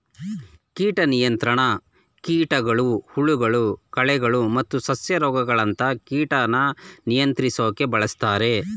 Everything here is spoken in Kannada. ಕೀಟ ನಿಯಂತ್ರಣ ಕೀಟಗಳು ಹುಳಗಳು ಕಳೆಗಳು ಮತ್ತು ಸಸ್ಯ ರೋಗಗಳಂತ ಕೀಟನ ನಿಯಂತ್ರಿಸೋಕೆ ಬಳುಸ್ತಾರೆ